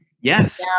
Yes